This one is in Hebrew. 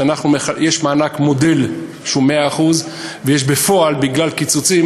יש מענק מודל שהוא 100% ויש בפועל בגלל קיצוצים.